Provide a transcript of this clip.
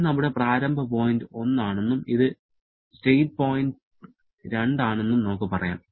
ഇത് നമ്മുടെ പ്രാരംഭ പോയിന്റ് 1 ആണെന്നും ഇത് സ്റ്റേറ്റ് പോയിന്റ് 2 ആണെന്നും നമുക്ക് പറയാം